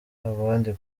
abandi